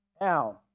Now